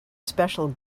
special